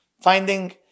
finding